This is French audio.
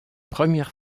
première